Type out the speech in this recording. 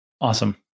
Awesome